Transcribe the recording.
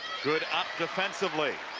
good opt defensively.